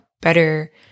better